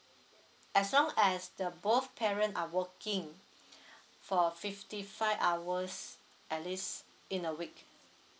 as long as the both parents are working for fifty five hours at least in a week